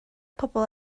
pobl